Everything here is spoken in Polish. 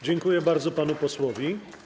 Dziękuję bardzo panu posłowi.